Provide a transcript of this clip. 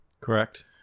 Correct